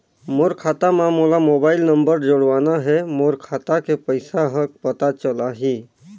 मोर खाता मां मोला मोबाइल नंबर जोड़वाना हे मोर खाता के पइसा ह पता चलाही?